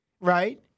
right